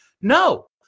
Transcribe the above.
No